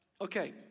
Okay